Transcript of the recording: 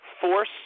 force